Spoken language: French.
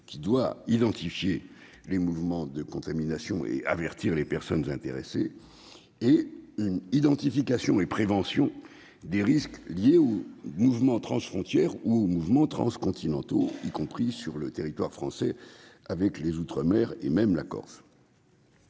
qui doit identifier les mouvements de contamination et avertir les personnes intéressées ; une identification et une prévention des risques liés aux mouvements transfrontières ou transcontinentaux, y compris sur le territoire français avec les outre-mer et la Corse.